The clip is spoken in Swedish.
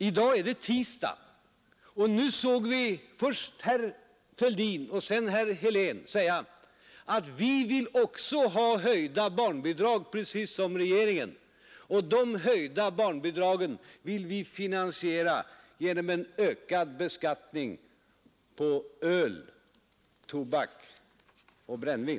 I dag är det tisdag, och vi har nu hört först herr Fälldin och sedan herr Helén säga att också de ville ha höjda barnbidrag, precis som regeringen, och de höjda barnbidragen ville de finansiera genom en ökad beskattning på öl, tobak och brännvin.